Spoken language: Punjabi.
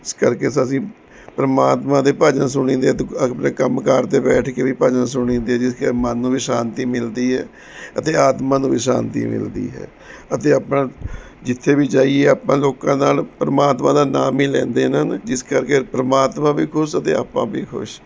ਇਸ ਕਰਕੇ ਅਸੀਂ ਪਰਮਾਤਮਾ ਦੇ ਭਜਨ ਸੁਣੀਦੇ ਹੈ ਅਤੇ ਆਪਣੇ ਕੰਮਕਾਰ 'ਤੇ ਬੈਠ ਕੇ ਵੀ ਭਜਨ ਸੁਣੀਦੇ ਜਿਸ ਨਾਲ ਮਨ ਨੂੰ ਵੀ ਸ਼ਾਂਤੀ ਮਿਲਦੀ ਹੈ ਅਤੇ ਆਤਮਾ ਨੂੰ ਵੀ ਸ਼ਾਂਤੀ ਮਿਲਦੀ ਹੈ ਅਤੇ ਆਪਣਾ ਜਿੱਥੇ ਵੀ ਜਾਈਏ ਆਪਾਂ ਲੋਕਾਂ ਨਾਲ ਪਰਮਾਤਮਾ ਦਾ ਨਾਮ ਹੀ ਲੈਂਦੇ ਹਨ ਜਿਸ ਕਰਕੇ ਪਰਮਾਤਮਾ ਵੀ ਖੁਸ਼ ਅਤੇ ਆਪਾਂ ਵੀ ਖੁਸ਼